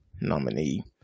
nominee